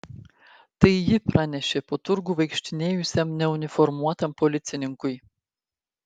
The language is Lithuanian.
tai ji pranešė po turgų vaikštinėjusiam neuniformuotam policininkui